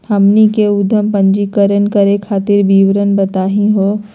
हमनी के उद्यम पंजीकरण करे खातीर विवरण बताही हो?